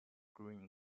grain